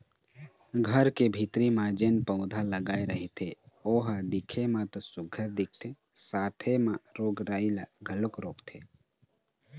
घर के भीतरी म जेन पउधा लगाय रहिथे ओ ह दिखे म तो सुग्घर दिखथे साथे म रोग राई ल घलोक रोकथे